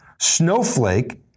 Snowflake